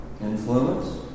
Influence